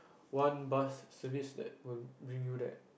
one bus service that will bring you there